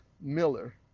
Miller